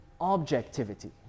objectivity